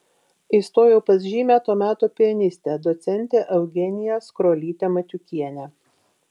įstojau pas žymią to meto pianistę docentę eugeniją skrolytę matiukienę